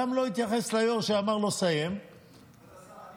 גם לא התייחס ליו"ר שאמר לו לסיים, כבוד השר,